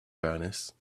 furnace